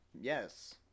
Yes